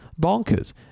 bonkers